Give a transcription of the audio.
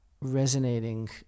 resonating